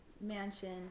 Mansion